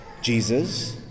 Jesus